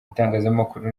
itangazamakuru